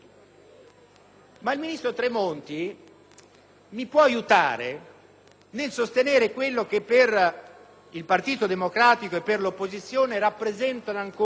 Il ministro Tremonti, tuttavia, mi può aiutare nel sostenere quelli che per il Partito Democratico e per l'opposizione rappresentano ancora